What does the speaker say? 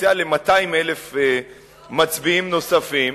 פוטנציאל ל-200,000 מצביעים נוספים,